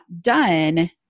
done